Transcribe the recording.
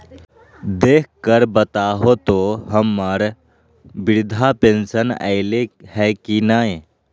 देख कर बताहो तो, हम्मर बृद्धा पेंसन आयले है की नय?